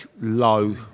low